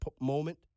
moment